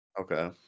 Okay